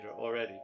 already